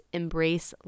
embrace